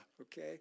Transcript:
okay